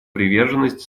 приверженность